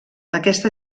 aquest